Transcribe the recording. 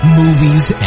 movies